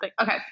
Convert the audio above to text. Okay